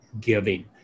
giving